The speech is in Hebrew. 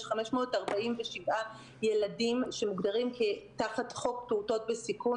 יש 547 ילדים שמוגדרים כתחת חוק פעוטות בסיכון,